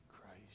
Christ